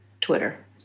Twitter